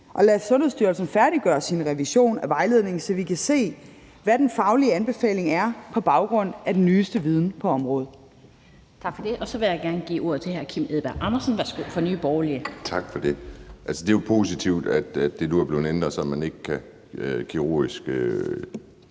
lad Sundhedsstyrelsen færdiggøre sin revision af vejledningen, så vi kan se, hvad den faglige anbefaling er på baggrund af den nyeste viden på området.